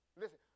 listen